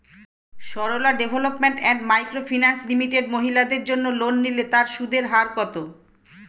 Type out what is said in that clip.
Sarala development and micro finance limited মহিলাদের জন্য loan নিলে তার সুদের হার কত?